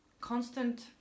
constant